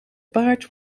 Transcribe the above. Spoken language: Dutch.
paard